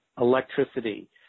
electricity